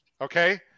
okay